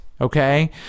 okay